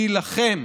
להילחם